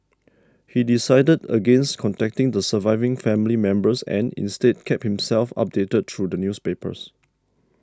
he decided against contacting the surviving family members and instead kept himself updated through the newspapers